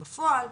בפועל,